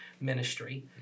ministry